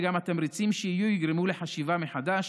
וגם התמריצים שיהיו יגרמו לחשיבה מחדש,